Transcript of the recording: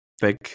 Big